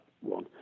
one